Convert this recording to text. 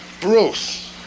Bruce